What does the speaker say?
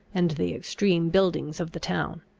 and the extreme buildings of the town.